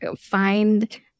find